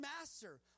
master